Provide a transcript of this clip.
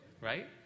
right